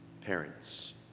parents